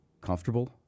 comfortable